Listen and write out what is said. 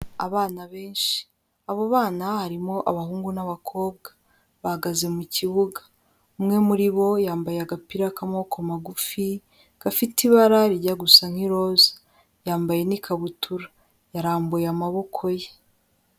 Abana benshi abo bana harimo abahungu n'abakobwa bahagaze mu kibuga umwe muri bo yambaye agapira k'amoboko magufi, gafite ibara rijya gusa nk' iroza. Yambaye n'ikabutura. yarambuye amaboko ye.